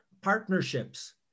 partnerships